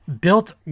Built